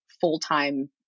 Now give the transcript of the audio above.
full-time